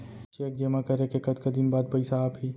Cheque जेमा करे के कतका दिन बाद पइसा आप ही?